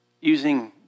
Using